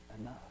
enough